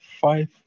five